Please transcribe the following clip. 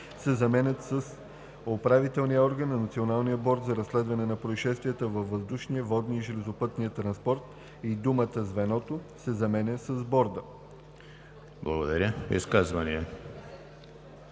се заменят с „управителният орган на Националния борд за разследване на произшествия във въздушния, водния и железопътния транспорт“ и думата „звеното“ се заменя с „борда“.“